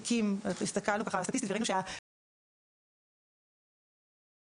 פתיחת תיקים יוצא בדיוק בגיל שבו הקטינים מועמדים